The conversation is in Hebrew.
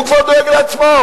כתיאור המעשה הקשה שהוא עשה.